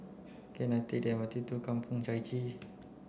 can I take the M R T to Kampong Chai Chee